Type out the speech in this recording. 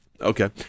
okay